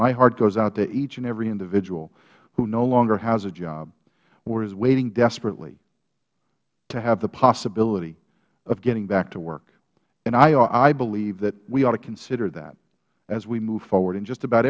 my heart goes out to each and every individual who no longer has a job who is waiting desperately to have the possibility of getting back to work and i believe that we ought to consider that as we move forward in just about